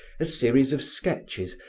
a series of sketches,